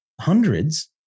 hundreds